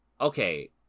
Okay